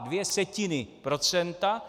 Dvě setiny procenta.